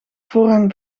voorrang